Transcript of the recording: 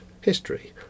history